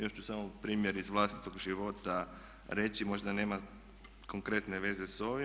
Još ću samo primjer iz vlastitog života reći, možda nema konkretne veze s ovim.